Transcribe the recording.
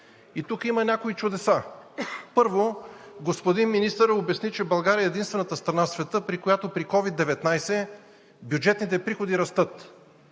И тук има някои чудеса. Първо господин министърът обясни, че България е единствената страна в света, при която при COVID-19 бюджетните приходи растат.